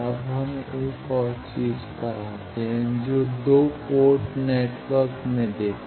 अब हम एक और चीज़ पर आते हैं जो हमें 2 पोर्ट नेटवर्क में देखते हैं